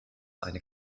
eine